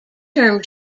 term